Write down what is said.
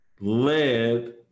led